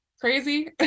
crazy